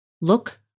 look